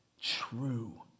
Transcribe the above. true